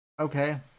Okay